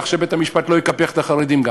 כך שגם בית-המשפט לא יקפח את החרדים.